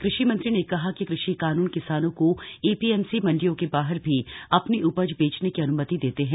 कृषिमंत्री ने कहा कि कृषि कानून किसानों को एपीएमसी मंडियों के बाहर भी अपनी उपज बेचने की अनुमति देते हैं